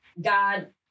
God